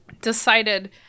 decided